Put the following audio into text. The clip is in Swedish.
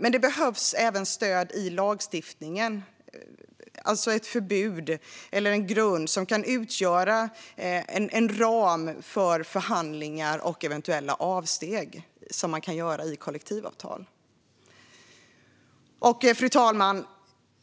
Men det behövs även stöd i lagstiftningen, ett förbud eller en grund som kan utgöra en ram för förhandlingar och eventuella avsteg som kan göras i kollektivavtal. Fru talman!